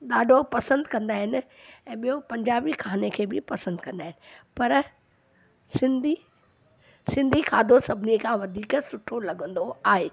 ॾाधो पसंदि कंदा आहिनि ऐं ॿियों पंजाबी खाने खे बि पसंदि कंदा आहिनि पर सिंधी सिंधी खाधो सभिनी खां वधीक सुठो लॻंदो आहे